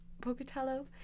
Pocatello